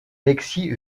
alexis